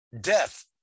death